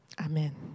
Amen